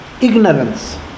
ignorance